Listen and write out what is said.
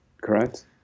correct